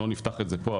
לא נפתח את זה פה,